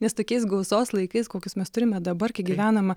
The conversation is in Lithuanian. nes tokiais gausos laikais kokius mes turime dabar kai gyvenama